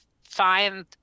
find